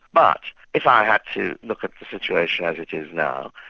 but if i had to look at the situation as it is now,